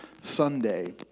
Sunday